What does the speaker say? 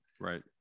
Right